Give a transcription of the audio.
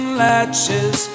latches